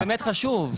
אבל זה חשוב, באמת חשוב.